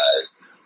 guys